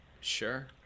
Sure